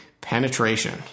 penetration